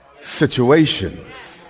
situations